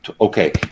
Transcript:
okay